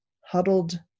huddled